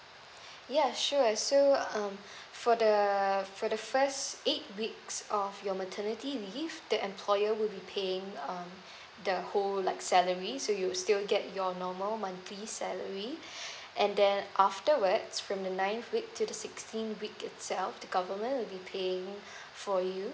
ya sure so um for the err for the first eight weeks of your maternity leave the employer will be paying um the whole like salary so you'll still get your normal monthly salary and then afterwards from ninth week to the sixteenth week itself the government will be paying for you